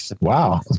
Wow